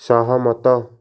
ସହମତ